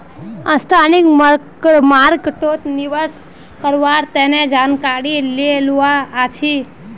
stock मार्केटोत निवेश कारवार तने जानकारी ले लुआ चाछी